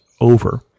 over